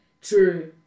True